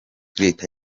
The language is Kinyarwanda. reta